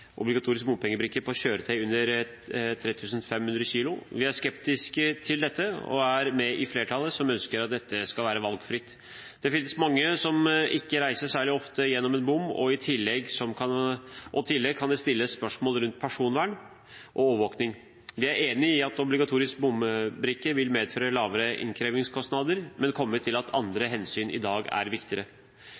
obligatorisk bompengebrikke på kjøretøy under 3 500 kg. Vi er skeptiske til dette og er med i flertallet som ønsker at dette skal være valgfritt. Det finnes mange som ikke reiser særlig ofte gjennom en bom, og i tillegg kan det stilles spørsmål rundt personvern og overvåking. Vi er enig i at obligatorisk bombrikke vil medføre lavere innkrevingskostnader, men er kommet til at andre hensyn i dag er viktigere.